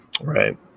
right